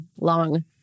long